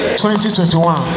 2021